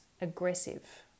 aggressive